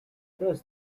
thus